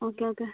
okay okay